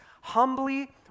Humbly